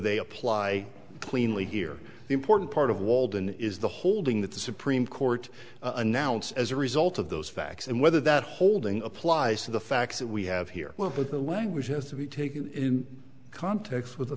they apply cleanly here the important part of walden is the holding that the supreme court announced as a result of those facts and whether that holding applies to the facts that we have here well with the language has to be taken in context with the